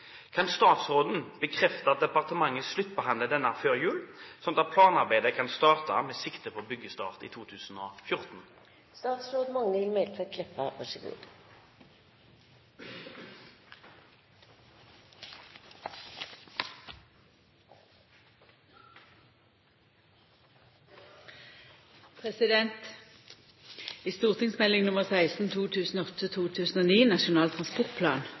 Kan statsråden bekrefte at departementet sluttbehandler denne før jul, slik at planarbeidet kan starte med sikte på byggestart i